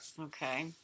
Okay